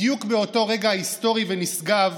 בדיוק באותו רגע היסטורי ונשגב